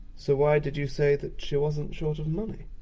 so why did you say that she wasn't short of money?